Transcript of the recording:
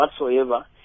whatsoever